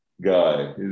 guy